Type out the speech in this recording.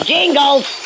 Jingles